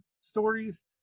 stories